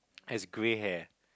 has grey hair